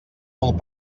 molt